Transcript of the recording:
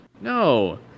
No